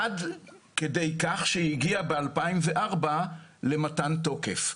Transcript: עד כדי כך שהיא הגיעה ב-2004 למתן תוקף.